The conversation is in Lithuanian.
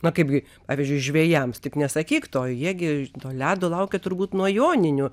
na kaipgi pavyzdžiui žvejams tik nesakyk to jie gi to ledo laukia turbūt nuo joninių